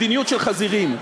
מדיניות של חזירים.